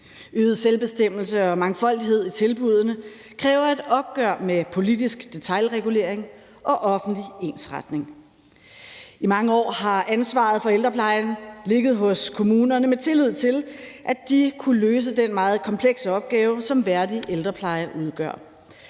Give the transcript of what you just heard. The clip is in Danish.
Øget selvbestemmelse og mangfoldighed i tilbuddene kræver et opgør med politisk detailregulering og offentlig ensretning. I mange år har ansvaret for ældreplejen ligget hos kommunerne med tillid til, at de kunne løse den meget komplekse opgave, som værdig ældrepleje udgør.